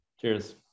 Cheers